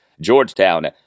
Georgetown